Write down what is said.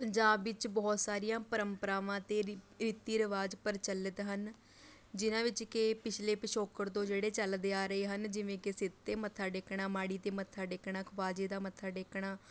ਪੰਜਾਬ ਵਿੱਚ ਬਹੁਤ ਸਾਰੀਆਂ ਪਰੰਪਰਾਵਾਂ ਅਤੇ ਰੀਤ ਰੀਤੀ ਰਿਵਾਜ਼ ਪ੍ਰਚੱਲਿਤ ਹਨ ਜਿਨ੍ਹਾਂ ਵਿੱਚ ਕਿ ਪਿਛਲੇ ਪਿਛੋਕੜ ਤੋਂ ਜਿਹੜੇ ਚੱਲਦੇ ਆ ਰਹੇ ਹਨ ਜਿਵੇਂ ਕਿ ਸਿਰ 'ਤੇ ਮੱਥਾ ਟੇਕਣਾ ਮਾੜੀ 'ਤੇ ਮੱਥਾ ਟੇਕਣਾ ਖਵਾਜੇ ਦਾ ਮੱਥਾ ਟੇਕਣਾ